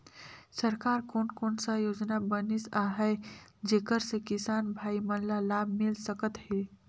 सरकार कोन कोन सा योजना बनिस आहाय जेकर से किसान भाई मन ला लाभ मिल सकथ हे?